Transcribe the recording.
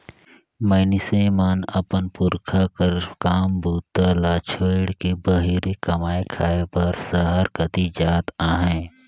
मइनसे मन अपन पुरखा कर काम बूता ल छोएड़ के बाहिरे कमाए खाए बर सहर कती जात अहे